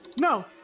No